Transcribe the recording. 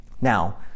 Now